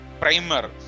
primer